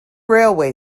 railway